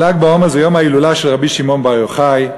ל"ג בעומר זה יום ההילולה של רבי שמעון בר יוחאי,